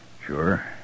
Sure